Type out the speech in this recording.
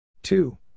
Two